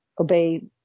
obey